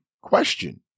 question